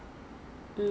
Google lah